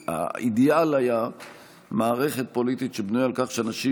האידיאל היה מערכת פוליטית שבנויה על כך שאנשים